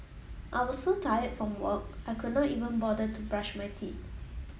I was so tired from work I could not even bother to brush my teeth